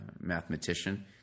mathematician